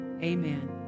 amen